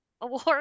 award